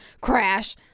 Crash